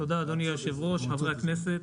תודה, אדוני היושב-ראש וחברי הכנסת.